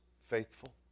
faithful